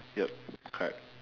yup correct